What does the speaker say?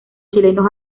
chilenos